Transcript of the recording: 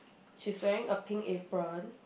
she's wearing a pink apron